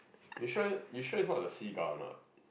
you sure you sure is not the seagull or not